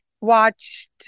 watched